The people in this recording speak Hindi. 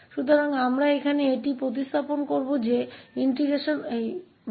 तो हम यहाँ एक प्रतिस्थापन करेंगे कि sku2x